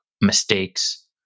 mistakes